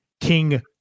King